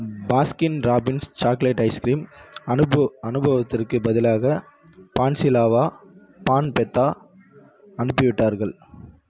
Baskin Robbins chocolate ice cream அனுபவ அனுபுவதற்கு பதிலாக பான்ஸிலாவா பான் பெத்தா அனுப்பிவிட்டார்கள்